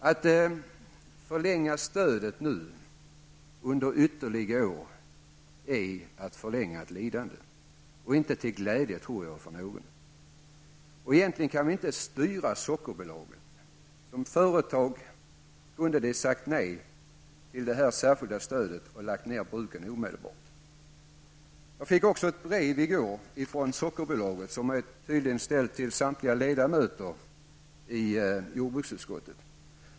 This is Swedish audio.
Att förlänga stödet nu under ytterligare år är att förlänga ett lidande. Det är inte till glädje för någon, tror jag. Egentligen kan vi inte styra Sockerbolaget. Som företag kunde de sagt nej till det särskilda stödet och lagt ned bruken omedelbart. Jag fick också ett brev i går från Sockerbolaget. Det har tydligen ställts till samtliga ledamöter i jordbruksutskottet.